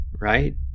right